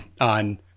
on